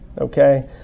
okay